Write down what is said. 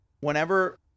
whenever